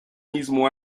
mismo